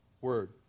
word